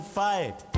fight